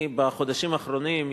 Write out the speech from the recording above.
בחודשים האחרונים,